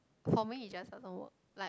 for me it just doesn't work like